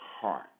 heart